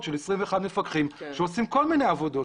של 21 מפקחים שעושים כול מיני עבודות,